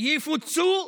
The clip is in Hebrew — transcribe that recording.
הם יפוצו,